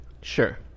Sure